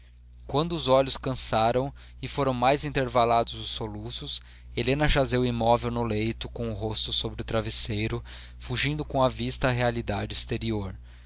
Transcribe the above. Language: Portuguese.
quando os olhos cansaram e foram mais intervalados os soluços helena jazeu imóvel no leito com o rosto sobre o travesseiro fugindo com a vista à realidade exterior